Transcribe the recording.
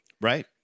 Right